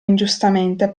ingiustamente